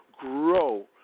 grow